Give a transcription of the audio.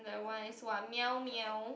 the one is what meow meow